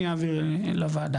אני אעביר לוועדה.